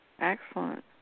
Excellent